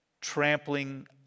trampling